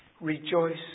rejoice